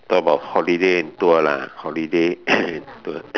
talk about holiday tour lah holiday tour